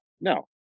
No